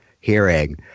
hearing